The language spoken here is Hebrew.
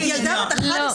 אותה.